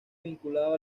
vinculado